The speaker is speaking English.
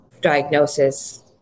diagnosis